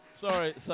Sorry